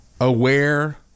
Aware